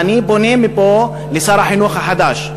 אז אני פונה מפה לשר החינוך החדש,